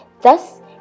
thus